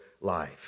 life